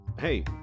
Hey